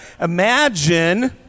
imagine